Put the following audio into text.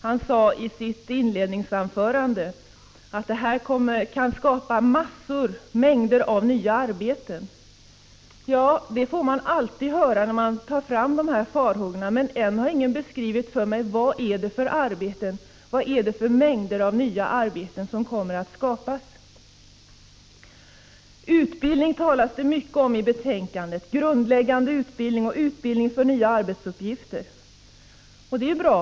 Han sade ju i sitt inledningsanförande att en mängd nya arbeten kan skapas. Ja, det får man alltid höra när man tar upp dessa farhågor, men än har ingen beskrivit vad det är för mängder av nya arbeten som kommer att skapas. Utbildning talas det mycket om i betänkandet — grundläggande utbildning och utbildning för nya arbetsuppgifter — och det är bra.